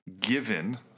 given